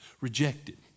rejected